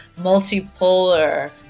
multipolar